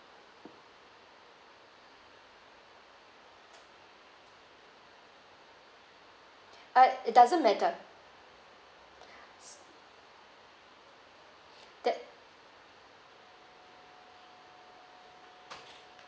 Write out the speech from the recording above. uh It doesn't matter that